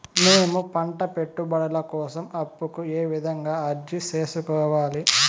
మేము పంట పెట్టుబడుల కోసం అప్పు కు ఏ విధంగా అర్జీ సేసుకోవాలి?